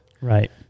Right